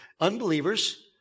Unbelievers